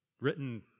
written